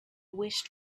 wished